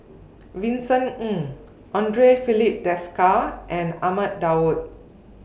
Vincent Ng Andre Filipe Desker and Ahmad Daud